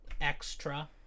Extra